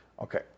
Okay